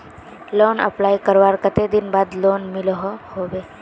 Loan apply करवार कते दिन बाद लोन मिलोहो होबे?